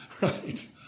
Right